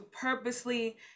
purposely